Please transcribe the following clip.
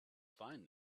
fine